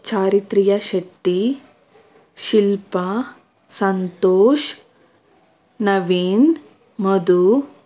ಚಾರಿತ್ರ್ಯ Shetty Shilpa Santosh Naveen Madhu